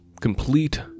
Complete